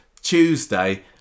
Tuesday